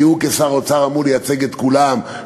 כי הוא כשר האוצר אמור לייצג את כולם,